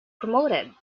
promoted